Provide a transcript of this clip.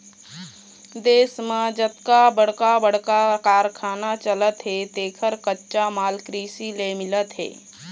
देश म जतका बड़का बड़का कारखाना चलत हे तेखर कच्चा माल कृषि ले मिलत हे